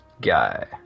guy